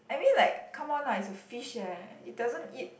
I mean like come on lah it's a fish eh it doesn't eat